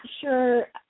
sure